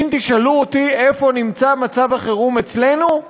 אם תשאלו אותי איפה נמצא מצב החירום אצלנו,